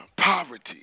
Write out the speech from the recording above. poverty